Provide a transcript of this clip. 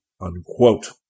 unquote